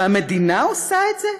והמדינה עושה את זה?